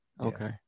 Okay